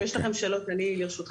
אם יש לכם שאלות אני לרשותכם.